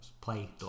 Play